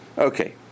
Okay